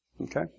Okay